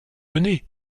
venez